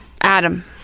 Adam